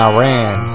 Iran